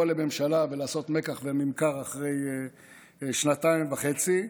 לממשלה ולעשות מקח וממכר אחרי שנתיים וחצי,